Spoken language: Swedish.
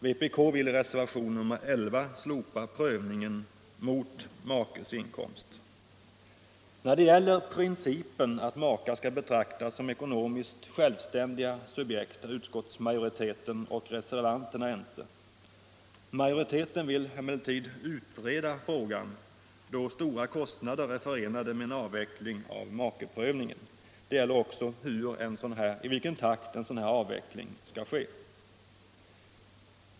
Vpk vill i reservationen 11 slopa prövningen mot makes inkomst. När det gäller principen att makar skall betraktas som ekonomiskt självständiga subjekt är utskottsmajoriteten och reservanterna ense. Majoriteten vill emellertid utreda frågan, då stora kostnader är förenade med en avveckling av makeprövningen. Det gäller också frågan i vilken takt en sådan avveckling skall ske.